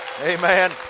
Amen